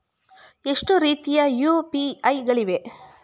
ಎಷ್ಟು ರೀತಿಯ ಯು.ಪಿ.ಐ ಗಳಿವೆ?